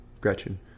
Gretchen